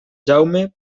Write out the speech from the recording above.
jaume